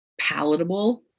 palatable